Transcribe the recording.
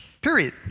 Period